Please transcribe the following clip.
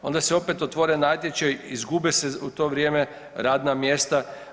Onda se opet otvore natječaji, izgube se u to vrijeme radna mjesta.